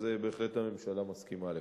אז בהחלט הממשלה מסכימה לכך.